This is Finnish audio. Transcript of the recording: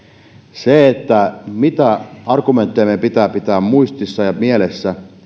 mitä argumentteja meidän pitää pitää muistissa ja mielessä